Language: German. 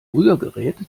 rührgerät